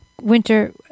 winter